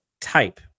type